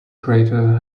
crater